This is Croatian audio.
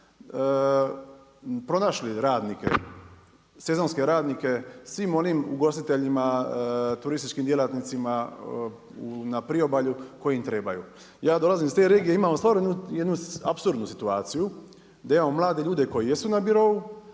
pronašli radnike, sezonske radnike svim onim ugostiteljima, turističkim djelatnicima na priobalju koji im trebaju. Ja dolazim iz te regije. Imamo stvarno jednu apsurdnu situaciju, da imamo mlade ljude koji jesu na birou,